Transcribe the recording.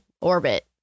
orbit